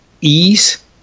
ease